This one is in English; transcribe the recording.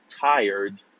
tired